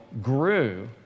grew